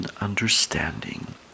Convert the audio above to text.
understanding